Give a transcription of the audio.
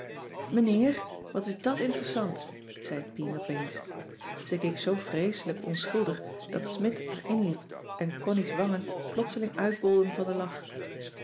wat is dàt interessant zei pien opeens ze keek zoo vreeselijk onschuldig dat smidt er inliep en connies wangen plotseling uitbolden van den lach